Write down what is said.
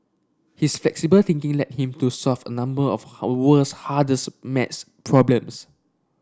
his flexible thinking led him to solve a number of how world's hardest maths problems